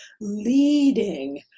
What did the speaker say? leading